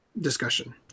discussion